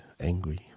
angry